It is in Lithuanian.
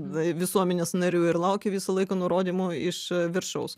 visuomenės narių ir laukia visą laiką nurodymų iš viršaus